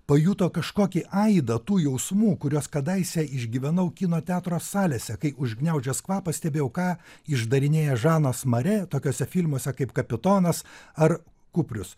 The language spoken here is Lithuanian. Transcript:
pajuto kažkokį aidą tų jausmų kuriuos kadaise išgyvenau kino teatro salėse kai užgniaužęs kvapą stebėjau ką išdarinėja žanas mare tokiuose filmuose kaip kapitonas ar kuprius